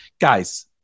guys